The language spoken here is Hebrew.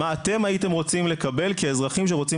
מה אתם הייתם רוצים לקבל כאזרחים שרוצים